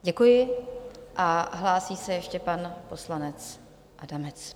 Děkuji a hlásí se ještě pan poslanec Adamec.